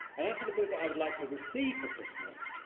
and as for the book that i would like to receive for christmas.